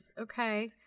Okay